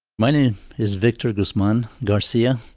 my name is victor guzman garcia.